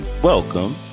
Welcome